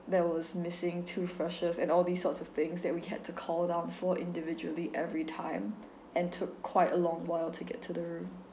there was missing toothbrushes and all these sorts of things that we had to call down for individually every time and took quite a long while to get to the room